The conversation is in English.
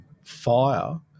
fire